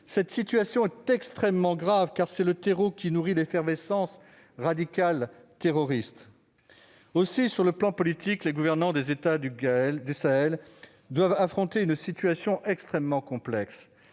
Cette situation est extrêmement grave, car c'est sur ce terreau que croît l'effervescence radicale terroriste. Aussi, sur le plan politique, les gouvernants des États du Sahel doivent affronter une situation très complexe.